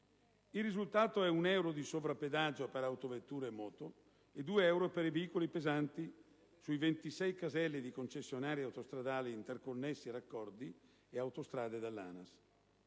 Il risultato è un euro di sovrappedaggio per autovetture e moto e 2 euro per i veicoli pesanti su 26 caselli di concessionarie autostradali interconnessi a raccordi e autostrade dell'ANAS.